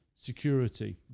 security